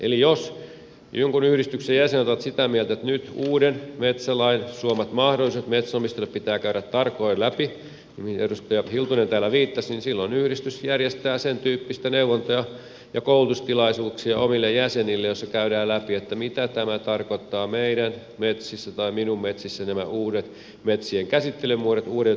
eli jos jonkun yhdistyksen jäsenet ovat sitä mieltä että nyt uuden metsälain suomat mahdollisuudet metsänomistajille pitää käydä tarkoin läpi mihin edustaja hiltunen täällä viittasi niin silloin yhdistys järjestää sentyyppisiä neuvonta ja koulutustilaisuuksia omille jäsenilleen joissa käydään läpi mitä tarkoittavat meidän metsissä tai minun metsissä nämä uudet metsien käsittelymuodot uudet metsälain antamat mahdollisuudet